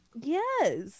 Yes